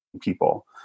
people